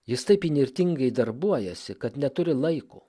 jis taip įnirtingai darbuojasi kad neturi laiko